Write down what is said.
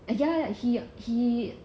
ya he he